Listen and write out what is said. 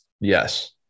Yes